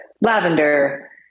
lavender